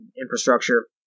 infrastructure